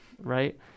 right